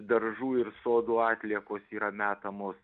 daržų ir sodų atliekos yra metamos